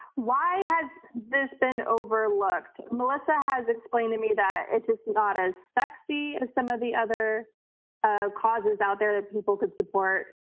why has this been overlooked? overlooked? melissa has explained to me that it's just not as sexy as some of the other ah causes out there that people could support.